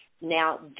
now